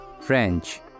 French